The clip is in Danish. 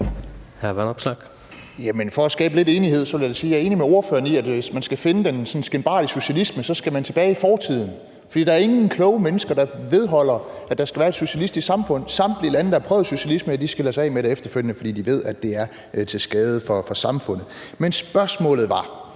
for at skabe lidt enighed vil jeg sige, at jeg da er enig med ordføreren i, at hvis man skal finde den skinbarlige socialisme, skal man tilbage i fortiden, for der er ingen kloge mennesker, der holder fast ved, at der skal være et socialistisk samfund. Samtlige lande, der har prøvet socialisme, skiller sig af med det efterfølgende, fordi de ved, det er til skade for samfundet. Men spørgsmålet er